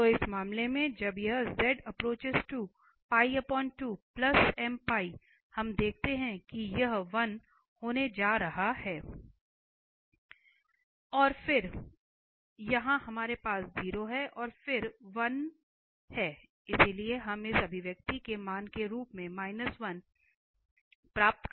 तो इस मामले में जब यह हम देखते हैं कि यह 1 होने जा रहा है और फिर यहां हमारे पास यह 0 है और फिर से 1 है इसलिए हम इस अभिव्यक्ति के मान के रूप में 1 प्राप्त कर रहे हैं